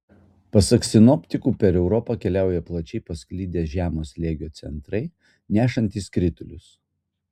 pasak sinoptikų per europą keliauja plačiai pasklidę žemo slėgio centrai nešantys kritulius